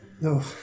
No